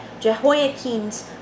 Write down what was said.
Jehoiakim's